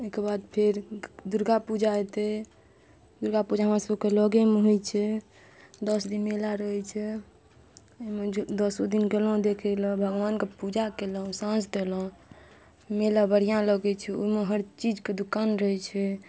एहिकेबाद फेर दुर्गा पूजा अयतै दुर्गा पूजा हमरा सबके लगेमे होइ छै दस दिन मेला रहै छै एहिमे दसो दिन गेलहुॅं देखै लए भगवानके पूजा केलहुॅं साँझ देलहुॅं मेला बढ़िऑं लगै छै ओहिमे हर चीजके दुकान रहै छै